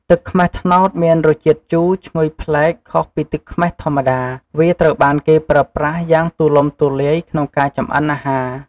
ទឹកខ្មេះត្នោតមានរសជាតិជូរឈ្ងុយប្លែកខុសពីទឹកខ្មេះធម្មតា វាត្រូវបានគេប្រើប្រាស់យ៉ាងទូលំទូលាយក្នុងការចម្អិនអាហារ។